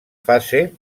fase